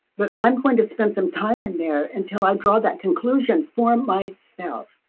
but i'm going to spend some time in there until i draw that conclusion for myself,